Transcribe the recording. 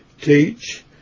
teach